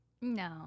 No